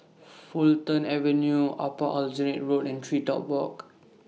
Fulton Avenue Upper Aljunied Road and TreeTop Walk